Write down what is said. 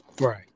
Right